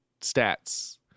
stats